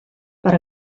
per